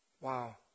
Wow